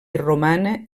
romana